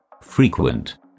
frequent